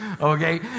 Okay